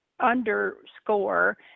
underscore